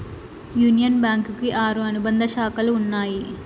union Bank కి ఆరు అనుబంధ శాఖలు ఉన్నాయి